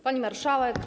Pani Marszałek!